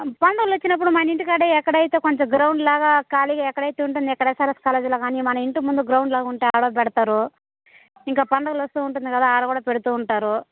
పండుగలు వచ్చినప్పుడు మన ఇంటి కాడే ఎక్కడైతే కొంచెం గ్రౌండ్లాగా ఖాళీగా ఎక్కడైతే ఉంటుందో ఇక్కడ ఎస్ఆర్ఎస్ కాలేజీలో కానీ మన ఇంటి ముందు గ్రౌండ్లాగా ఉంటే అక్కడ పెడతారు ఇక పండగలు వస్తూ ఉంటుంది కదా ఆడ కూడా పెడుతూ ఉంటారు